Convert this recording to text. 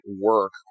work